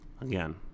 Again